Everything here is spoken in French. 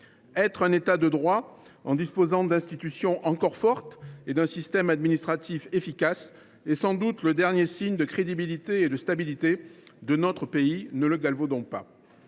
soit un État de droit, disposant encore d’institutions fortes et d’un système administratif efficace, voilà sans doute le dernier signe de la crédibilité et de la stabilité de notre pays ; ne le galvaudons pas